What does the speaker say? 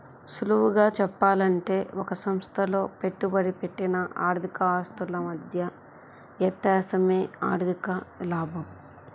సులువుగా చెప్పాలంటే ఒక సంస్థలో పెట్టుబడి పెట్టిన ఆర్థిక ఆస్తుల మధ్య వ్యత్యాసమే ఆర్ధిక లాభం